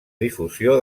difusió